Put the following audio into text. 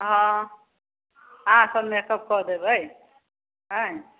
हँ अहाँ सब मेकअप कऽ देबै